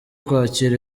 kwakira